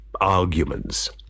arguments